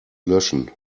löschen